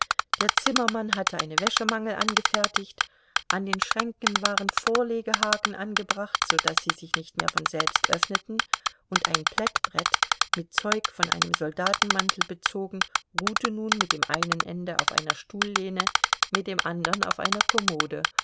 der zimmermann hatte eine wäschemangel angefertigt an den schränken waren vorlegehaken angebracht so daß sie sich nicht mehr von selbst öffneten und ein plättbrett mit zeug von einem soldatenmantel bezogen ruhte nun mit dem einen ende auf einer stuhllehne mit dem andern auf einer kommode